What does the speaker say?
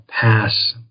pass